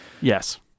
Yes